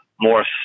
more